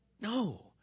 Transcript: No